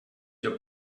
your